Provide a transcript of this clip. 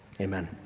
amen